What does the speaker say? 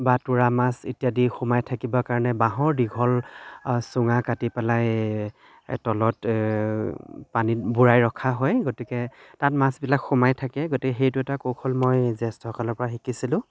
বা তোৰা মাছ এতিয়া দি সোমাই থাকিবৰ কাৰণে বাঁহৰ দীঘল চুঙা কাটি পেলাই তলত পানীত বুৰাই ৰখা হয় গতিকে তাত মাছবিলাক সোমাই থাকে গতিকে সেইটো এটা কৌশল মই জ্য়েষ্ঠসকলৰ পৰা শিকিছিলোঁ